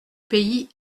pays